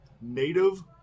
native